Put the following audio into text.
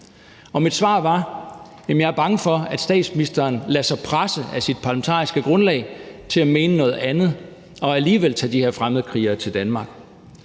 Og mit svar var, at jeg var bange for, at statsministeren vil lade sig presse af sit parlamentariske grundlag til at mene noget andet og så alligevel tage de her fremmedkrigere til Danmark.